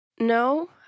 No